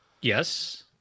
Yes